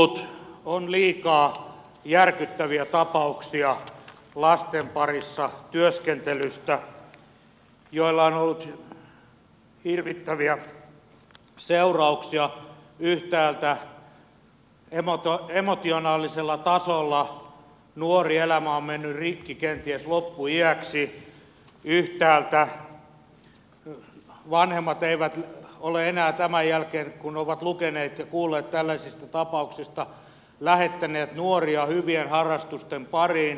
lasten parissa työskentelystä on liikaa järkyttäviä tapauksia joilla on ollut hirvittäviä seurauksia yhtäältä emotionaalisella tasolla kun nuori elämä on mennyt rikki kenties loppuiäksi yhtäältä vanhemmat eivät ole enää tämän jälkeen kun he ovat lukeneet ja kuulleet tällaisista tapauksista lähettäneet nuoria hyvien harrastusten pariin